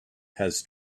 has